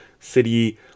city